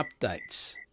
updates